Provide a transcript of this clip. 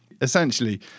Essentially